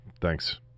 Thanks